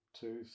Two